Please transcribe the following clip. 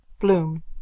Bloom